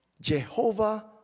Jehovah